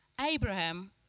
Abraham